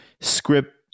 script